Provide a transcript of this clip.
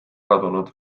kadunud